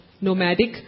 nomadic